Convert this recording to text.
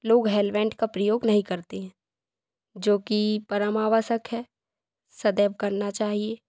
लोग हेलमेट का प्रयोग नहीं करते हैं जो कि परम आवश्यक है सदैव करना चाहिए